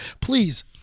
please